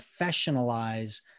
professionalize